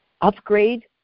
upgrade